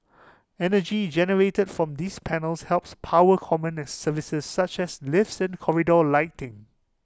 energy generated from these panels helps power common services such as lifts and corridor lighting